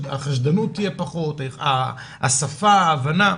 החשדנות תהיה פחות, השפה, ההבנה.